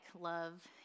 love